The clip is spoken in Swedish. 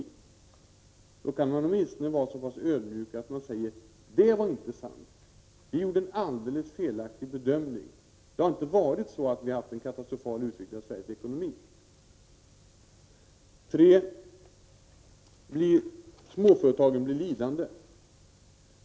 Jag tycker att man då åtminstone kunde vara så pass ödmjuk att man nu säger att detta inte var sant och att man gjorde en helt felaktig bedömning. Vi har inte haft en katastrofal utveckling av Sveriges ekonomi. 3.Blir småföretagen lidande?